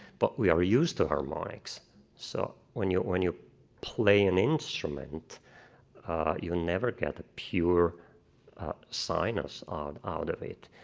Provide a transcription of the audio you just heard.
but we are used to harmonics so when you when you play an instrument you never get a pure sinus out of it.